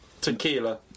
tequila